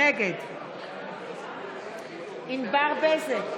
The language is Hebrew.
נגד ענבר בזק,